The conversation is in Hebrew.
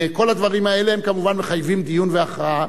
כל הדברים האלה כמובן מחייבים דיון והכרעה.